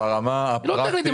לא טכנית.